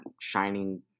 shining